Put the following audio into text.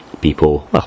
people